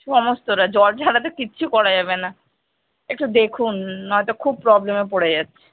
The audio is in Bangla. সমস্তটা জল ছাড়া তো কিচ্ছু করা যাবে না একটু দেখুন নয়তো খুব প্রবলেমে পড়ে যাচ্ছি